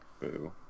Boo